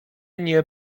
nie